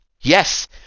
Yes